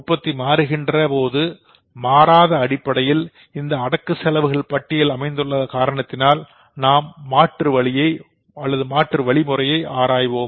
உற்பத்தி மாறுகின்றபோது மாறாத அடிப்படையில் இந்த அடக்க செலவுகள் பட்டியல் அமைந்துள்ள காரணத்தினால் நாம் மாற்று வழி முறையை ஆராய்வோம்